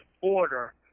order